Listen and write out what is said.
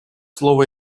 слово